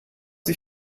sie